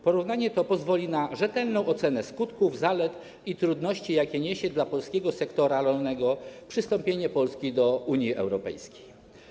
Porównanie to pozwoli na rzetelną ocenę skutków, zalet i trudności, jakie niesie dla polskiego sektora rolnego przystąpienie Polski do Unii Europejskiej.